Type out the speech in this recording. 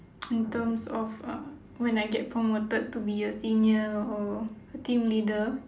in terms of uh when I get promoted to be a senior or team leader